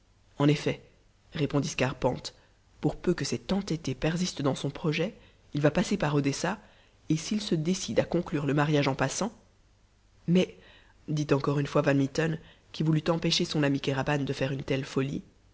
en effet répondit scarpante pour peu que cet entêté persiste dans son projet il va passer par odessa et s'il se décide à conclure le mariage en passant mais dit encore une fois van mitten qui voulut empêcher son ami kéraban dû faire une telle folie